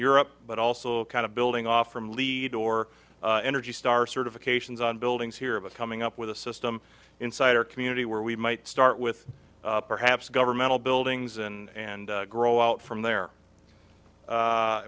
europe but also kind of building off from lead or energy star certifications on buildings here but coming up with a system inside our community where we might start with perhaps governmental buildings and and grow out from there